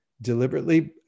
deliberately